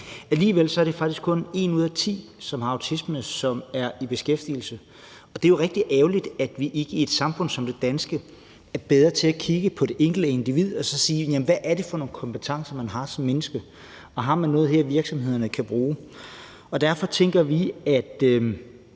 Alligevel er det faktisk kun en ud af ti med autisme, som er i beskæftigelse, og det er jo rigtig ærgerligt, at vi ikke i et samfund som det danske er bedre til at kigge på det enkelte individ og så se på, hvad det er for nogle kompetencer, man har som menneske, og om der her er noget, som virksomhederne kan bruge. Derfor tænker vi, at